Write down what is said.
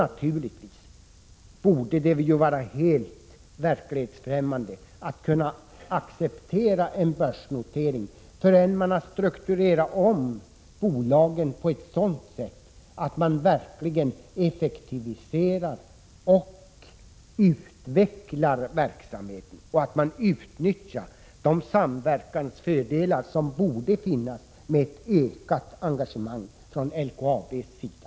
Naturligtvis borde det vara helt verklighetsfrämmande att acceptera en börsnotering förrän man har strukturerat om bolagen på ett sådant sätt att man verkligen effektiviserar och utvecklar verksamheten och att man utnyttjar de samverkansfördelar som borde finnas med ett ökat engagemang från LKAB:s sida.